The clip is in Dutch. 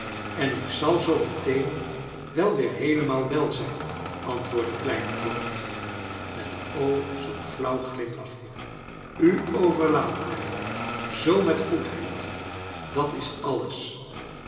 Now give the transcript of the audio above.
en ik zal zoo meteen wel weer heelemaal wel zijn antwoordde kleine dorrit met o zoo'n flauw glimlachje u orerlaadt mij zoo met goedheid dat is alles